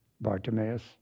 Bartimaeus